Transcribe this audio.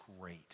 great